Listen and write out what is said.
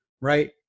right